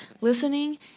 listening